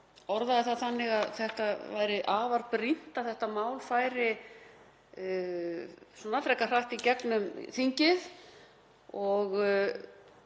orðaði það þannig að það væri afar brýnt að þetta mál færi frekar hratt í gegnum þingið. Ég